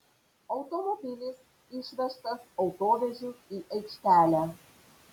automobilis išvežtas autovežiu į aikštelę